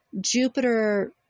Jupiter